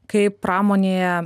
kaip pramonėje